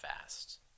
fast